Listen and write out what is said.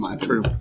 True